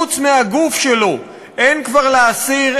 חוץ מהגוף שלו אין כבר לאסיר,